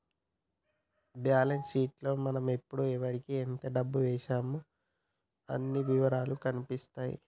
balance sheet లో మనం ఎప్పుడు ఎవరికీ ఎంత డబ్బు వేశామో అన్ని ఇవరాలూ కనిపిత్తాయి